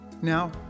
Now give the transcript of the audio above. Now